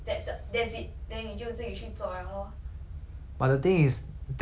but the thing is definite answer I'm pretty sure prior to anything